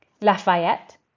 Lafayette